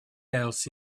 else